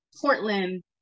Portland